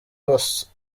umusore